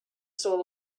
soul